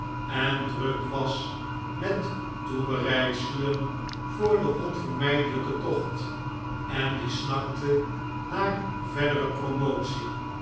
en druk was met toebereidselen voor den onvermijdelijken tocht en die snakte naar verdere promotie